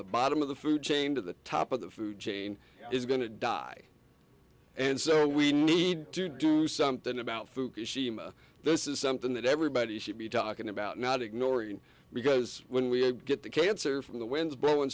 the bottom of the food chain to the top of the food chain is going to die and so we need to do something about fukushima this is something that everybody should be talking about not ignoring because when we get the cancer from the winds blow in